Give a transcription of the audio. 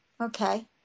okay